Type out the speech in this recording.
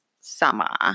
summer